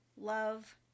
love